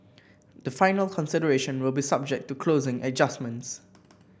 the final consideration will be subject to closing adjustments